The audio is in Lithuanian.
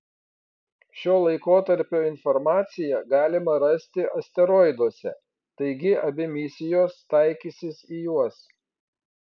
šio laikotarpio informaciją galima rasti asteroiduose taigi abi misijos taikysis į juos